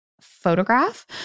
photograph